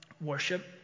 worship